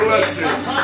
Blessings